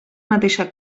mateixa